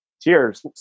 Cheers